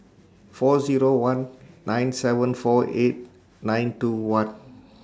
four Zero one nine seven four eight nine two one